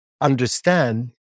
understand